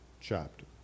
chapter